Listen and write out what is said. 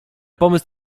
pomysł